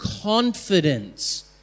confidence